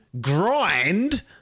grind